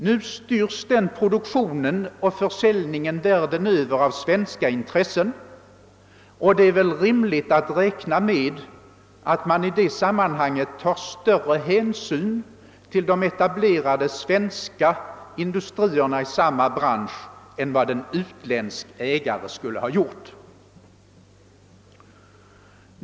Nu styrs den produktionen och försäljningen världen över av svenska intressen, och det är väl rimligt att räkna med att dessa tar större hänsyn till de etablerade svenska industrierna i samma bransch än vad en utländsk ägare skulle ha gjort.